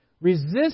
Resist